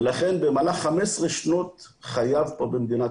ולכן במהלך חמש עשרה שנות חייו פה במדינת